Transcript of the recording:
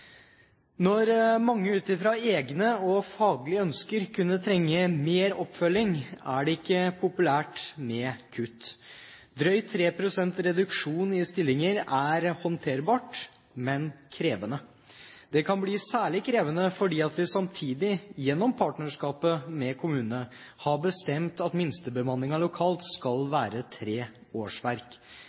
Når mange ut fra egne og faglige ønsker kunne trenge mer oppfølging, er det ikke populært med kutt. Drøyt 3 pst. reduksjon i stillinger er håndterbart, men krevende. Det kan bli særlig krevende fordi vi samtidig gjennom partnerskapet med kommunene har bestemt at minstebemanningen lokalt skal være tre årsverk.